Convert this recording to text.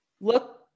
look